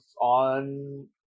on